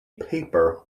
paper